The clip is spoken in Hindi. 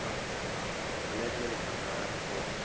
अच्छा ब्लैकमेल कर रहा है आपको